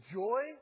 joy